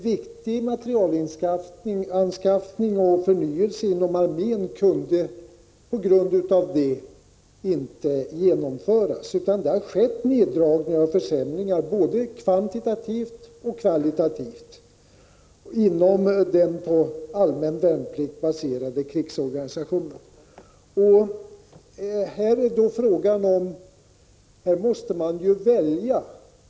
Viktig materielanskaffning och förnyelse inom armén kunde emellertid på grund därav inte genomföras, utan det har skett neddragningar och försämringar både kvantitativt och kvalitativt inom den på allmän värnplikt baserade krigsorganisationen. Här måste man välja.